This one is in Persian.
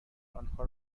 آنها